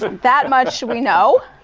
that much, we know.